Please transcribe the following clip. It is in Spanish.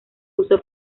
uso